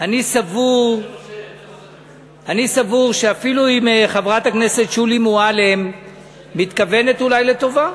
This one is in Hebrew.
אני סבור שאפילו אם חברת הכנסת שולי מועלם מתכוונת אולי לטובה,